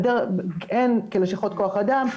הן כלשכות כוח אדם,